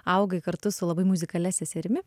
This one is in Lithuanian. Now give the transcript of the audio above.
augai kartu su labai muzikalia seserimi